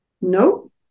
No